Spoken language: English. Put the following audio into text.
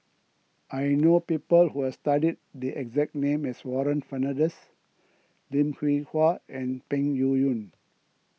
I know people who have studied the exact name as Warren Fernandez Lim Hwee Hua and Peng Yu Yun